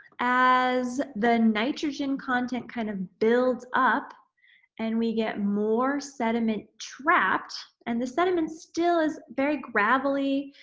as the nitrogen content kind of builds up and we get more sediment trapped, and the sediment still is very gravely,